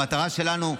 המטרה שלנו,